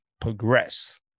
progress